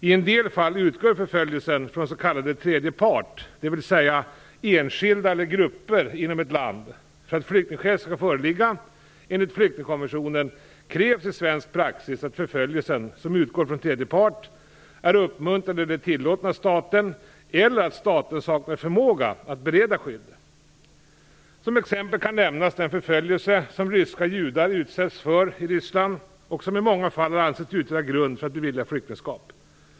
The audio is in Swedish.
I en del fall utgår förföljelsen från s.k. tredje part, dvs. enskilda eller grupper inom ett land. För att flyktingskäl skall föreligga enligt Flyktingkonventionen krävs i svensk praxis att förföljelsen, som utgår från tredje part, är uppmuntrad eller tillåten av staten eller att staten saknar förmåga att bereda skydd. Som exempel kan nämnas den förföljelse som ryska judar utsatts för i Ryssland och som i många fall har ansetts utgöra grund för att bevilja flyktingskap.